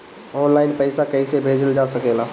आन line पईसा कईसे भेजल जा सेकला?